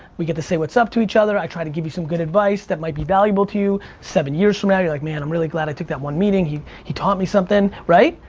we get to say what's up to each other. i try to give you some advice, that might be valuable to you. seven years from now, you're like man i'm really glad i took that one meeting. he he taught me something, right?